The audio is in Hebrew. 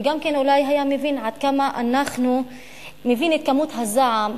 וגם אולי היה מבין את כמות הזעם,